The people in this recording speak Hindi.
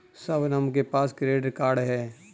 शबनम के पास क्रेडिट कार्ड है